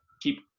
keep